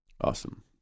Awesome